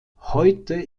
heute